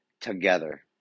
together